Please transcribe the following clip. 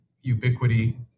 ubiquity